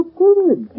good